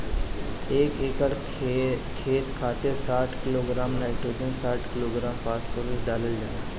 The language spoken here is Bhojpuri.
एक एकड़ खेत खातिर साठ किलोग्राम नाइट्रोजन साठ किलोग्राम फास्फोरस डालल जाला?